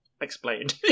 explained